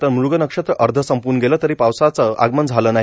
तर मुग नक्षत्र अर्ध संपून गेलं तरी पावसाचं आगमन झालं नाही